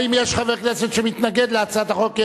האם יש חבר כנסת שמתנגד להצעת החוק?